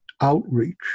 Outreach